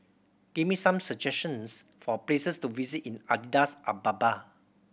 give me some suggestions for places to visit in Addis Ababa